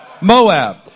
Moab